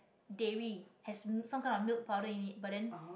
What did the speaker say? dairy has some kind of milk powder in it but then